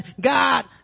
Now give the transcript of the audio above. God